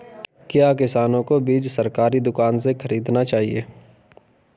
क्या किसानों को बीज सरकारी दुकानों से खरीदना चाहिए?